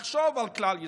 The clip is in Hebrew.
לחשוב על כלל ישראל,